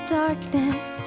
darkness